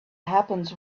happens